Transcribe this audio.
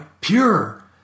pure